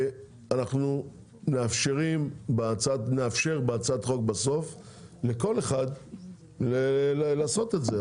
אנחנו נאפשר בסוף הצעת החוק הזאת לכל אחד לעשות את זה.